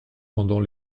pendant